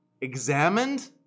examined